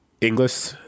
english